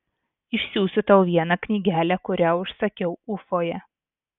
išsiųsiu tau vieną knygelę kurią užsakiau ufoje